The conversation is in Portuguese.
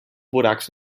buracos